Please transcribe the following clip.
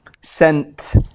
sent